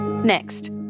Next